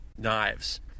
knives